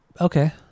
Okay